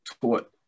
taught